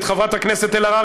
את חברת הכנסת אלהרר,